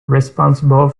responsible